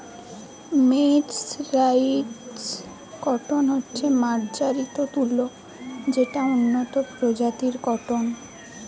mercerised cotton হচ্ছে মার্জারিত তুলো যেটা উন্নত প্রজাতির কট্টন